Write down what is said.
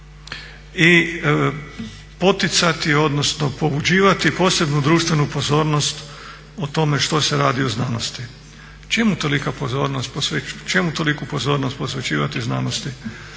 i poticati odnosno pobuđivati posebnu društvenu pozornost o tome što se radi u znanosti. Čemu toliku pozornost posvećivati znanosti?